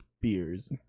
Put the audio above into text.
beers